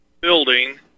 building